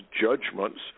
judgments